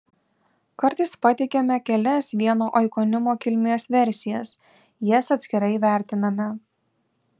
kartais pateikiame kelias vieno oikonimo kilmės versijas jas atskirai įvertiname